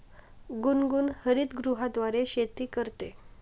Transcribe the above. गुनगुन हरितगृहाद्वारे शेती करते